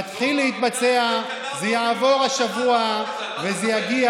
מתחיל להתבצע, זה יעבור השבוע וזה יגיע.